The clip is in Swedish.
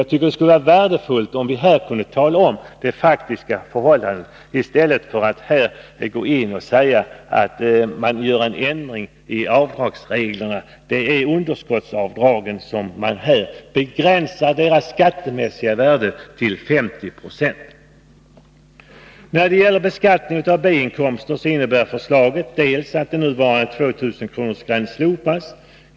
Jag tycker det skulle vara värdefullt, om man här kunde tala om det faktiska förhållandet i stället för att påstå att det görs en ändring av avdragsreglerna. Det är underskottsavdragens skattemässiga värde som begränsas till 50 96. När det gäller beskattning av B-inkomster innebär förslaget att nuvarande 2 000-kronorsgräns slopas.